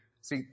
See